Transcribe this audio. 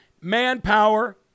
manpower